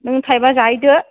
नों थाइबा जाहैदो